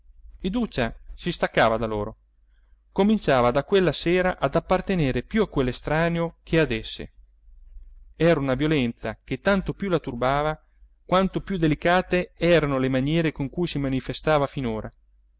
iduccia si staccava da loro cominciava da quella sera ad appartenere più a quell'estraneo che ad esse era una violenza che tanto più le turbava quanto più delicate eran le maniere con cui si manifestava finora e poi